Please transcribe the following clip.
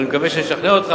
אני מקווה שאני אשכנע אותך,